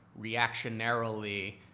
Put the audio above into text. reactionarily